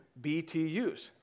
BTUs